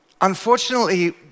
unfortunately